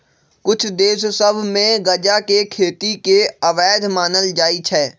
कुछ देश सभ में गजा के खेती के अवैध मानल जाइ छै